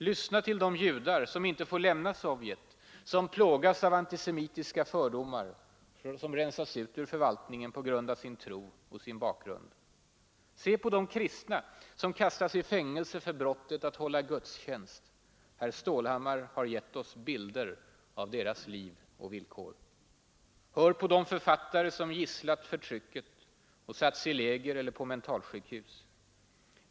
Lyssna till de judar som inte får lämna Sovjet, som plågas av antisemitiska fördomar, som rensas ut ur förvaltningen på grund av sin tro och sin bakgrund. Se på de kristna som kastas i fängelse för brottet att hålla gudstjänst; herr Stålhammar har givit oss bilder av deras liv och villkor. Hör på de författare som gisslat förtrycket och satts i läger eller på mentalsjukhus.